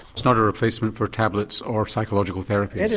it's not a replacement for tablets or psychological therapies?